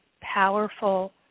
powerful